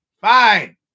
Fine